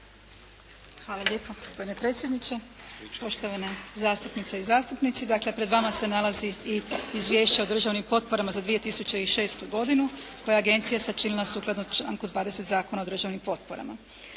Hvala lijepo. Gospodine predsjedniče, poštovane zastupnice i zastupnici. Dakle, pred vama se nalazi i Izvješće o državnim potporama za 2006. godinu koje je Agencija sačinila sukladno članku 20. Zakona o državnim potporama.